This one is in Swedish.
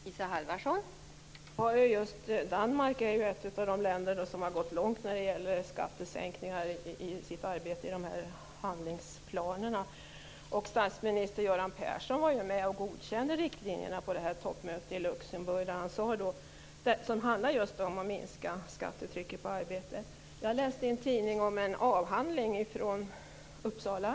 Fru talman! Just Danmark är ju ett land som har gått långt när det gäller skattesänkningar i arbetet med de här handlingsplanerna. Statsminister Göran Persson var ju med och godkände riktlinjerna på det toppmöte i Luxemburg som just handlade om att minska skattetrycket på arbete. Jag läste i en tidning om en avhandling från Uppsala.